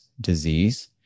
disease